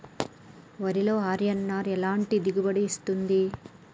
వరిలో అర్.ఎన్.ఆర్ ఎలాంటి దిగుబడి ఇస్తుంది?